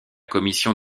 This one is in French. commission